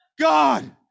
God